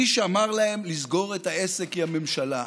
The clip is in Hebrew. מי שאמר להם לסגור את העסק הוא הממשלה.